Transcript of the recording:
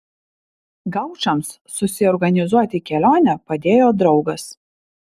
gaučams susiorganizuoti kelionę padėjo draugas